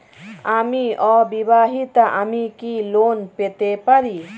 আমি অবিবাহিতা আমি কি লোন পেতে পারি?